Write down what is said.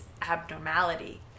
abnormality